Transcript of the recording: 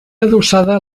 adossada